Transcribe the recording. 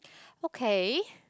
okay